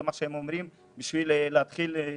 זה מה שהם אומרים כדי להתחיל להקל,